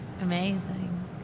Amazing